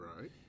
Right